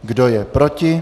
Kdo je proti?